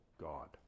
God